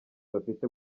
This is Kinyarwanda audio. bafite